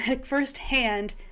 firsthand